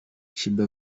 sheebah